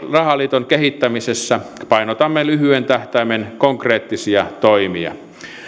rahaliiton kehittämisessä painotamme lyhyen tähtäimen konkreettisia toimia